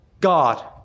God